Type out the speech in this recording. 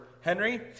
Henry